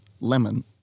lemon